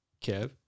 Kev